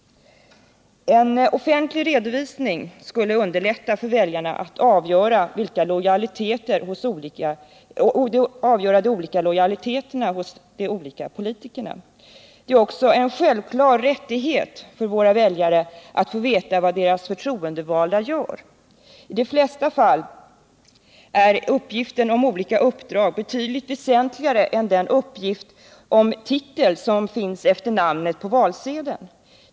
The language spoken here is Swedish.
En offentlig redovisning skulle underlätta för väljarna att avgöra de olika lojaliteterna hos de olika politikerna. Det är också en självklar rättighet för våra väljare att få veta vad deras förtroendevalda gör. I de flesta fall är uppgifterna om olika uppdrag betydligt väsentligare än den uppgift om titel som finns efter namnet på valsedeln.